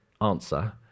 answer